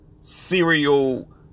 serial